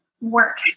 work